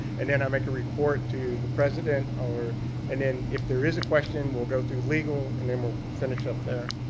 and then i make a report to the president. and then, if there is a question, we'll go through legal. and then we'll finish up there.